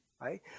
right